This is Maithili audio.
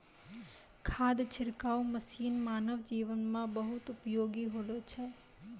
खाद छिड़काव मसीन मानव जीवन म बहुत उपयोगी होलो छै